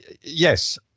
Yes